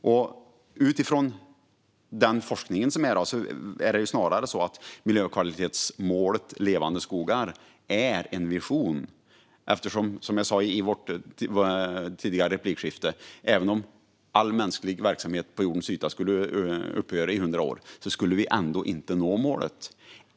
Om man utgår från forskningen är miljökvalitetsmålet Levande skogar snarare en vision, eftersom även om all mänsklig verksamhet på jordens yta skulle upphöra i hundra år skulle målet ändå inte uppnås.